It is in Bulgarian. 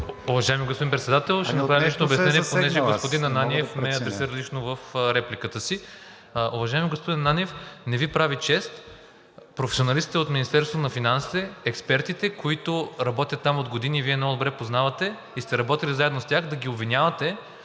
Уважаеми господин Председател, ще направя лично обяснение, защото господин Ананиев ме адресира лично в репликата си. Уважаеми господин Ананиев, не Ви прави чест! Професионалист сте от Министерството на финансите и експертите, които работят там от години, много добре ги познавате и сте работили заедно с тях, а да ги обвинявате,